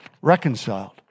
Reconciled